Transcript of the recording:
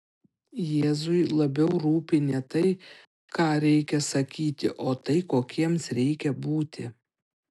jėzui labiau rūpi ne tai ką reikia sakyti o tai kokiems reikia būti